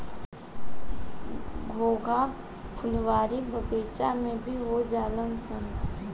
घोंघा फुलवारी बगइचा में भी हो जालनसन